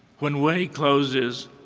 when way closes,